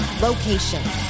location